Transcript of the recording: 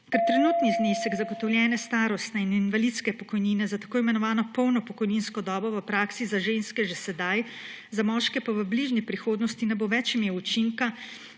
Ker trenutni znesek zagotovljene starostne in invalidske pokojnine za tako imenovano polno pokojninsko dobo v praksi za ženske že sedaj, za moške pa v bližnji prihodnosti ne bo več imel učinka,